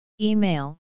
Email